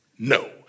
No